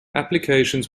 applications